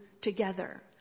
together